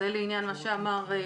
זה לעניין מה שאמר היושב-ראש.